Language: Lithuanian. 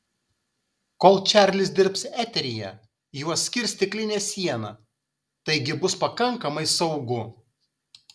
kol čarlis dirbs eteryje juos skirs stiklinė siena taigi bus pakankamai saugu